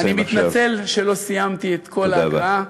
אני מתנצל שלא סיימתי את כל ההקראה.